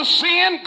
sin